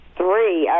three